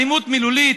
אלימות מילולית.